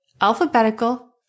Alphabetical